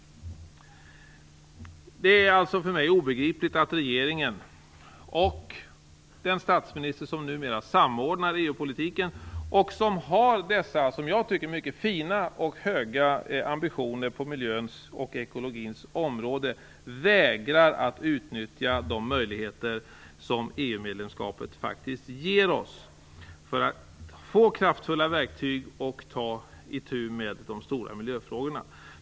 Det är för mig obegripligt att regeringen och den statsminister som numera samordnar EU-politiken och som har dessa, som jag tycker, mycket fina och höga ambitioner på miljöns och ekologins område vägrar att utnyttja de möjligheter som EU medlemskapet faktiskt ger oss för att få kraftfulla verktyg och ta itu med de stora miljöfrågorna.